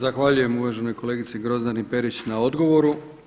Zahvaljujem uvaženoj kolegici Grozdani Perić na odgovoru.